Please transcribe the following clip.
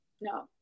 No